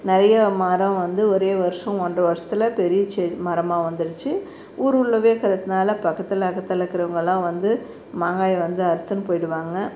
நிறைய மரம் வந்து ஒரே வருஷம் ஒன்றை வருஷத்தில் பெரிய செடி மரமாக வந்துடுச்சு ஊருள்ளவே இருக்குறதுனால பக்கத்தில் அக்கத்தில் இருக்குறவங்களாம் வந்து மாங்காயை வந்து அறுத்துன்னு போய்விடுவாங்க